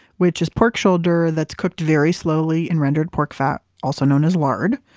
which is pork shoulder that's cooked very slowly in rendered pork fat, also known as lard.